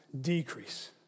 decrease